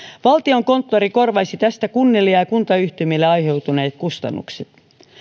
valtiokonttori korvaisi tästä kunnille ja ja kuntayhtymille aiheutuneet kustannukset